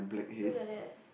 look at that